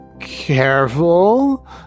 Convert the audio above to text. careful